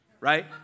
right